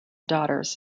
daughters